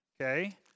okay